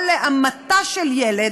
או להמתה של ילד,